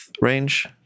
range